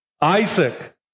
Isaac